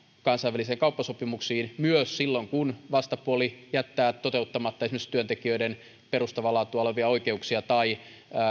kansainvälisiin kauppasopimuksiin myös silloin kun vastapuoli jättää toteuttamatta esimerkiksi työntekijöiden perustavaa laatua olevia oikeuksia tai